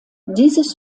dieses